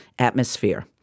Atmosphere